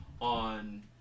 on